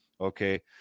Okay